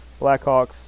Blackhawks